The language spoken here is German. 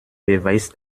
beweist